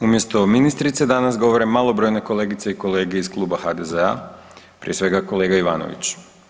Umjesto ministrice danas govore malobrojne kolegice i kolege iz Kluba HDZ-a, prije svega kolega Ivanović.